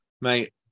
Mate